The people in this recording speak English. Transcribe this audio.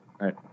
Right